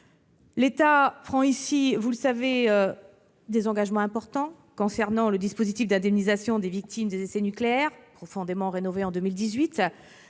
L'État prend ici, vous le savez, des engagements importants concernant, tout d'abord, le dispositif d'indemnisation des victimes des essais nucléaires, profondément rénové en 2018,